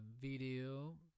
video